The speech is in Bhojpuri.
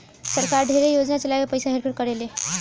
सरकार ढेरे योजना चला के पइसा हेर फेर करेले